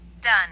Done